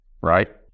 right